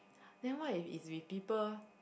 then what if it's with people